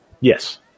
Yes